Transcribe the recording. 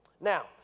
Now